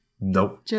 Nope